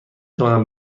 توانم